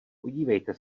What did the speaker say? podívejte